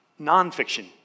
nonfiction